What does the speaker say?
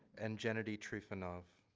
and jenna de trufant have.